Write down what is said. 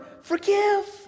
forgive